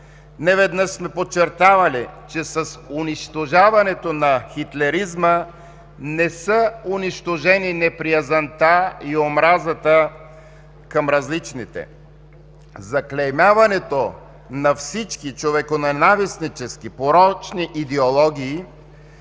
Неведнъж сме подчертавали, че с унищожаването на хитлеризма не са унищожени неприязънта и омразата към различните. Заклеймяването на всички човеконенавистнически, порочни идеологии